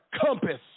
compass